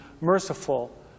merciful